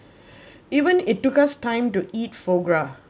even it took us time to eat